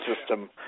system